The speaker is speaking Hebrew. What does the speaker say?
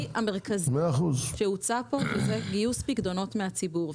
המרכזי שהוצע פה וזה גיוס פיקדונות מהציבור,